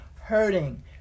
hurting